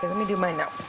but me do mine now.